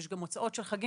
יש גם הוצאות של חגים.